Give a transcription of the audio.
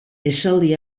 esaldi